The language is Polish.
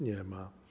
Nie ma.